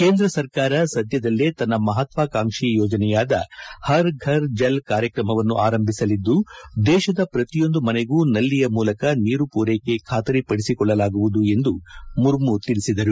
ಕೇಂದ್ರ ಸರ್ಕಾರ ಸದ್ಯದಲ್ಲೇ ತನ್ನ ಮಹತ್ವಾಕಾಂಕ್ಷಿ ಯೋಜನೆಯಾದ ಹರ್ ಫರ್ ಜಲ್ ಕಾರ್ಯಕ್ರಮವನ್ನು ಆರಂಭಿಸಲಿದ್ದು ದೇಶದ ಪ್ರತಿಯೊಂದು ಮನೆಗೂ ನಲ್ಲಿಯ ಮೂಲಕ ನೀರು ಪೂರೈಕೆ ಖಾತರಿ ಪದಿಸಿಕೊಳ್ಳಲಾಗುವುದು ಎಂದು ಮುರ್ಮು ತಿಳಿಸಿದರು